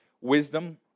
wisdom